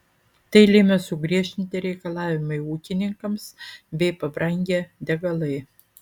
tai lėmė sugriežtinti reikalavimai ūkininkams bei pabrangę degalai